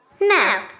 Now